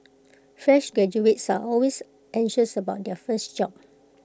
fresh graduates are always anxious about their first job